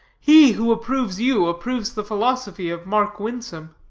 he, who approves you, approves the philosophy of mark winsome.